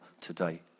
today